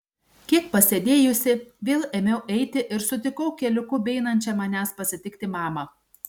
kiek pasėdėjusi vėl ėmiau eiti ir sutikau keliuku beeinančią manęs pasitikti mamą